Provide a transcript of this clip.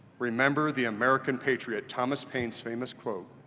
remember the american patriot, thomas paine's famous quote.